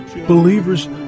believers